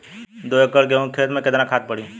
दो एकड़ गेहूँ के खेत मे केतना खाद पड़ी?